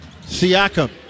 Siakam